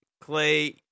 Clay